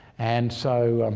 and so